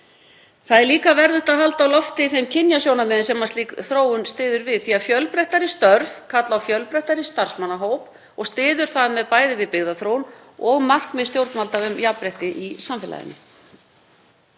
Þá er líka verðugt að halda á lofti þeim kynjasjónarmiðum sem slík þróun styður við því að fjölbreyttari störf kalla á fjölbreyttari starfsmannahóp og styður þar með við bæði byggðaþróun og markmið stjórnvalda um jafnrétti í samfélaginu.